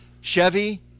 Chevy